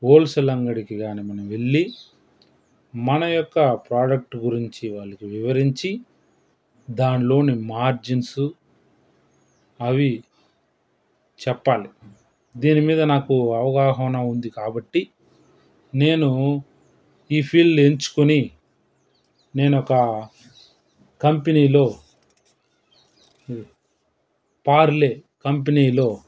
wholesale అంగడికి గాని మనం వెళ్ళి మన యొక్క ప్రోడక్ట్ గురించి వాళ్ళకి వివరించి దానిలోని మార్జిన్సు అవి చెప్పండి దీని మీద నాకు అవగాహన ఉంది కాబట్టి నేను ఈ ఫీల్డ్ ఎంచుకొని నేనొక కంపెనీలో పార్లే కంపెనీలో